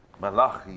Malachi